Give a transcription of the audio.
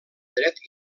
dret